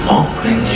open